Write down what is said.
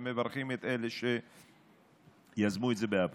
ואנו מברכים את אלה שיזמו את זה בעבר.